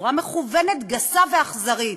בצורה מכוונת, גסה ואכזרית,